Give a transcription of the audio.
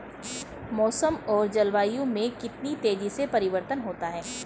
मौसम और जलवायु में कितनी तेजी से परिवर्तन होता है?